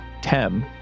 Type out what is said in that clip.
Tem